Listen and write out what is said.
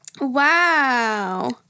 Wow